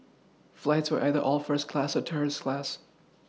flights were either all first class or tourist class